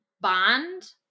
bond